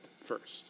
first